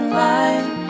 line